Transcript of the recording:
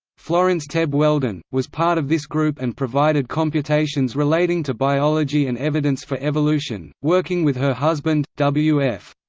florence tebb weldon, was part of this group and provided computations relating to biology and evidence for evolution, working with her husband, w f.